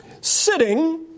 sitting